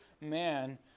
man